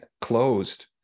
closed